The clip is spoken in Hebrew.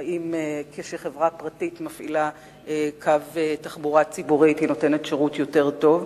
אם כשחברה פרטית מפעילה קו תחבורה ציבורית היא נותנת שירות יותר טוב.